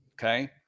Okay